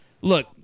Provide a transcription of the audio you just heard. Look